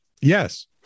Yes